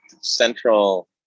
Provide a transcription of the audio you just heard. central